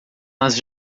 nas